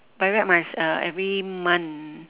by right must uh every month